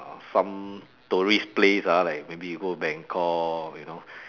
some tourist place ah like maybe you go Bangkok you know